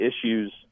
issues